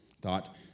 Thought